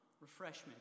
refreshment